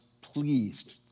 pleased